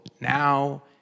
now